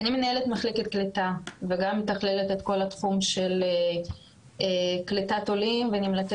אני מנהלת מחלקת קליטה ומרכזת את כל התחום של קליטת עולים ונמלטי